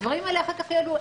הדברים האלה אחר כך יעלו.